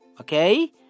Okay